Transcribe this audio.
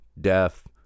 death